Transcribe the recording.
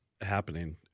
happening